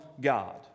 God